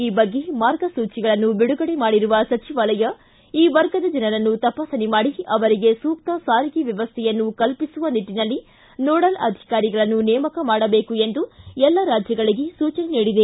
ಈ ಬಗ್ಗೆ ಮಾರ್ಗಸೂಚಿಗಳನ್ನು ಬಿಡುಗಡೆ ಮಾಡಿರುವ ಸಚಿವಾಲಯ ಈ ವರ್ಗದ ಜನರನ್ನು ತಪಾಸಣೆ ಮಾಡಿ ಅವರಿಗೆ ಸೂಕ್ತ ಸಾರಿಗೆ ವ್ಯವಸ್ವೆಯನ್ನು ಕಲ್ಪಿಸುವ ನಿಟ್ಟಿನಲ್ಲಿ ನೋಡಲ್ ಅಧಿಕಾರಿಗಳನ್ನು ನೇಮಕ ಮಾಡಬೇಕು ಎಂದು ಎಲ್ಲ ರಾಜ್ಯಗಳಿಗೆ ಸೂಚನೆ ನೀಡಿದೆ